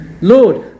Lord